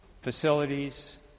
facilities